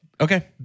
okay